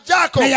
Jacob